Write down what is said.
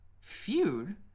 feud